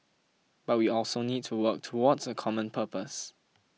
but we also need to work towards a common purpose